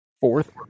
Fourth